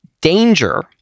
danger